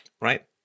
Right